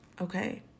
Okay